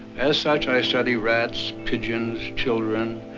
as such i study rats, pigeons, children,